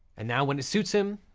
and now when it suits him,